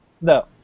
No